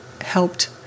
helped